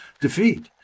defeat